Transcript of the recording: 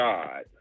God